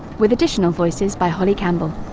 with additional voices by holly campbell.